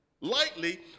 lightly